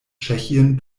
tschechien